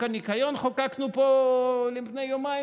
את חוק הניקיון חוקקנו פה לפני יומיים?